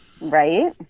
right